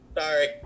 Sorry